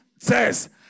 says